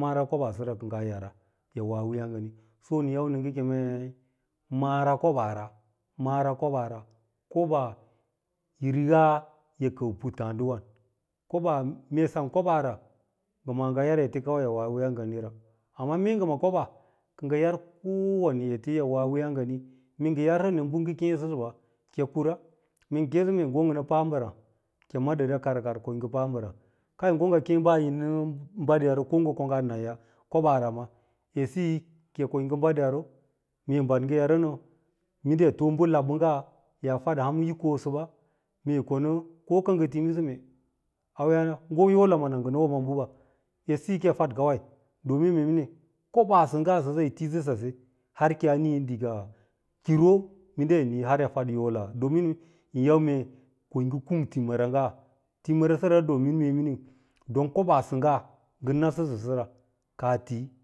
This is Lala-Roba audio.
mara kobaa sɚra kɚ ngaa yara yi wo a wii yaa ngani. Io nɚn yau nɚ ngɚ keme mara koɓaara, mara koɓaara koɓaa yi rigaa yi kɚau puttààdiwan kobaa, mee ssem kobaara ngɚ maa ngɚ yar ete kawai yi woa wiiyas nganira, amma mee ngɚ ma kobaa kɚ ngɚ yar kowane ete yi woa wiiyaa ngani, mee ngɚ yarsɚ nɚ bɚ kêê sɚsɚɓa yi kura mee ngɚ kêêsɚ mee ngo ngɚ nɚ pa mbɚràà kɚi ma dɚda kar kar ko yi pa mbɚràà, ngo ngɚ kêê ɓaa yi nɚ bad yaro ko ngɚ nasɚ koɓanra ma edsiyi ki yi ko yi bad yaro mee bad ngɚ yaro nɚ, minda yi too bɚ tabɓɚngga yaa tadaa ham yi kosɚɓa, mee yi konɚ, ko ka ngɚ timi sɚ mee auya ngo yola mana ngɚ nɚ woma bɚɓa siyo kiyi fad kawai domin mee miniu koɓaa sɚngga sɚsa yi tisɚ sase har ki yaa nii ɗiga kiro minda yi nii har yi fad yola domin yin yau yi ngɚ kung timira’ ngɚ timirasɚra domin mee miniu don kobaa sɚngga ngɚ nasɚsɚ sɚra kaa ti